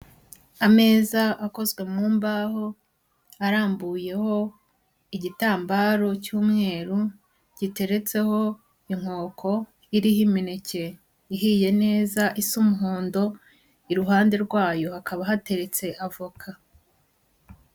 Ameza akozwe mu mbaho, arambuyeho igitambaro cy'umweru giteretseho inkoko iriho imineke ihiye neza isa umuhondo, iruhande rwayo hakaba hateretse avoka.